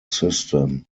system